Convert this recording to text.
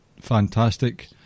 fantastic